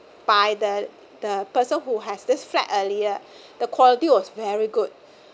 by the the person who has this flat earlier the quality was very good